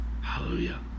hallelujah